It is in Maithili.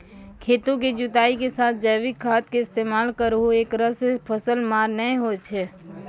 खेतों के जुताई के साथ जैविक खाद के इस्तेमाल करहो ऐकरा से फसल मार नैय होय छै?